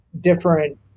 different